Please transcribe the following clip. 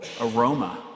aroma